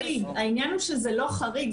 העניין הוא שזה לא חריג,